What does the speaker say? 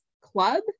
Club